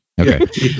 Okay